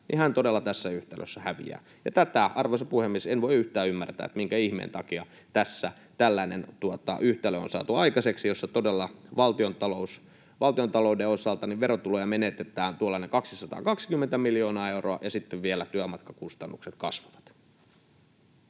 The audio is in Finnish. — ja hän todella tässä yhtälössä häviää. Tätä, arvoisa puhemies, en voi yhtään ymmärtää, minkä ihmeen takia tässä tällainen yhtälö on saatu aikaiseksi, jossa todella valtiontalouden osalta verotuloja menetetään tuollainen 220 miljoonaa euroa ja sitten vielä työmatkakustannukset kasvavat.